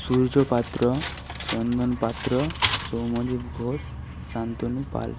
Surya Patra Chandan Patra Soumadwip Ghosh Shantanu Pal